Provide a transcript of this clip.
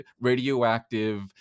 radioactive